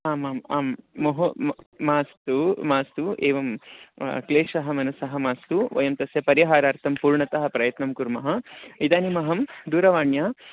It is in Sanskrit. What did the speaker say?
आमाम् आं महो म मास्तु मास्तु एवं क्लेशः मनसः मास्तु वयं तस्य परिहारार्थं पूर्णतः प्रयत्नं कुर्मः इदानीमहं दूरवाण्या